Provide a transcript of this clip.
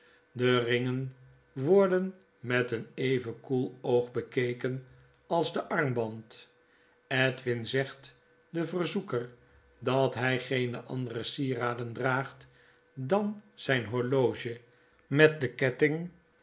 de ringen worden met een even koel oog bekeken als de armband edwin zegt denverzoeker dat hij geene andere sieraden draagt dan zijn horloge met den ketting